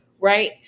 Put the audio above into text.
right